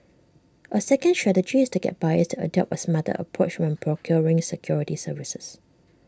A second strategy is to get buyers to adopt A smarter approach when procuring security services